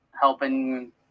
helping